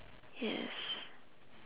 yes